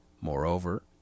Moreover